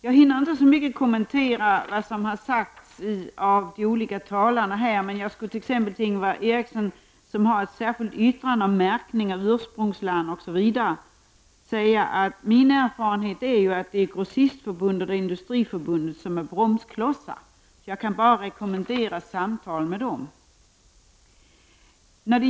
Jag hinner inte göra många kommentarer till det som här sagts av olika talare, men jag vill ge en kommentar till Ingvar Eriksson, som lämnat ett särskilt yttrande om märkning med ursprungland m.m. Min erfarenhet är att det är grossistförbunden och Industriförbundet som är bromsklossar. Jag kan bara rekommendera ett samtal med dem.